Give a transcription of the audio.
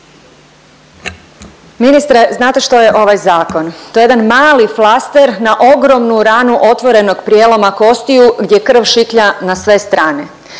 Ministre znate što je ovaj zakon? To je jedan mali flaster na ogromnu ranu otvorenog prijeloma kostiju gdje krv šiklja na sve strane.